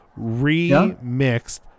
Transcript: remixed